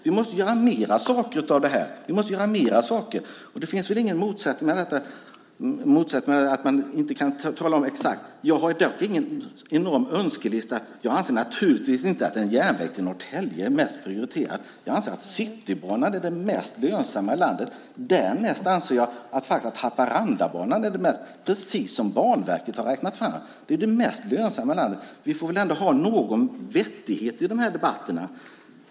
Vi måste göra mer saker av det här. Det är väl ingen motsättning att man inte kan tala om exakt. Jag har ingen enorm önskelista. Jag anser naturligtvis inte att en järnväg till Norrtälje är mest prioriterad. Jag anser att Citybanan är det mest lönsamma i landet. Därnäst anser jag att Haparandabanan är det mest lönsamma, precis som Banverket har räknat fram. Det är ju det mest lönsamma i landet. Vi får väl ändå ha någon vettighet i de här debatterna.